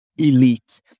Elite